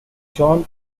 john